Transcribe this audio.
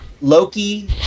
Loki